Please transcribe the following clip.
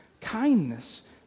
kindness